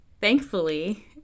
Thankfully